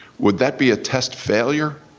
would that be a test failure?